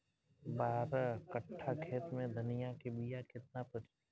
बारह कट्ठाखेत में धनिया के बीया केतना परी?